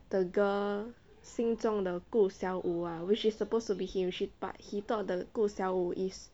the girl 心中的顾小五 ah which is supposed to be him but he thought the 顾小五 is